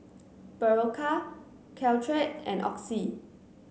Berocca Caltrate and Oxy